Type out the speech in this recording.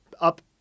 up